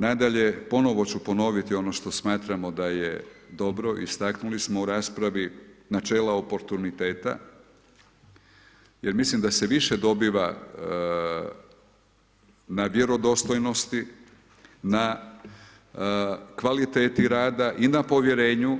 Nadalje, ponovo ću ponoviti ono što smatramo da je dobro, istaknuli smo u raspravi, načela oportuniteta jer mislim da se više dobiva na vjerodostojnosti, na kvaliteti rada i na povjerenju